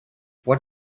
what